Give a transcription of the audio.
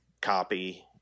copy